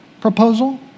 proposal